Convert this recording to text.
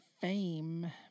fame